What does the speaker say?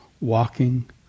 walking